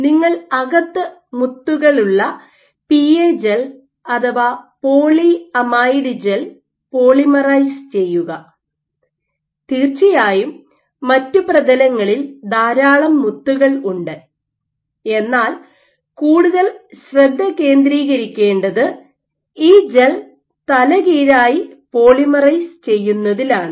നിങ്ങൾ അകത്ത് മുത്തുകളുള്ള പിഎ ജെൽ അഥവാ പോളിഅമൈഡ് ജെൽ പോളിമറൈസ് ചെയ്യുക തീർച്ചയായും പ്രതലങ്ങളിൽ ധാരാളം മുത്തുകൾ ഉണ്ട് എന്നാൽ നിങ്ങൾ കൂടുതൽ ശ്രദ്ധ കേന്ദ്രീകരിക്കണ്ടത് ഈ ജെൽ തലകീഴായി പോളിമറൈസ് ചെയ്യുന്നതിലാണ്